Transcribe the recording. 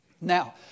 Now